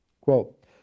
Quote